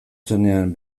zenean